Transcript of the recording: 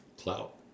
Clout